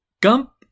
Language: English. Gump